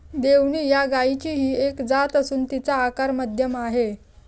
देवणी या गायचीही एक जात असून तिचा आकार मध्यम आहे